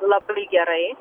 labai gerai